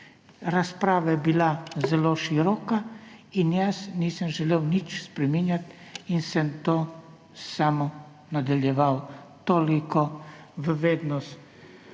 razprava je bila zelo široka in jaz nisem želel nič spreminjati in sem to samo nadaljeval. Toliko v vednost.